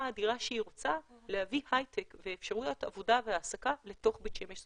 האדירה שהיא רוצה להביא הייטק ואפשרויות עבודה והעסקה לתוך בית שמש.